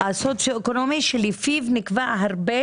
הסוציואקונומי שלפיו נקבע הרבה